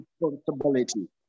responsibility